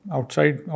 Outside